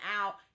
out